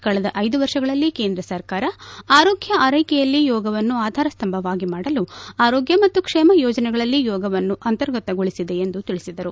ಕಳೆದ ಐದು ವರ್ಷಗಳಲ್ಲಿ ಕೇಂದ್ರ ಸರ್ಕಾರ ಆರೋಗ್ಡ ಆರೈಕೆಯಲ್ಲಿ ಯೋಗವನ್ನು ಆಧಾರಸ್ತಂಭವಾಗಿ ಮಾಡಲು ಆರೋಗ್ಯ ಮತ್ತು ಕ್ಷೇಮ ಯೋಜನೆಗಳಲ್ಲಿ ಯೋಗವನ್ನು ಅಂತರ್ಗತಗೊಳಿಸಿದೆ ಎಂದು ತಿಳಿಸಿದರು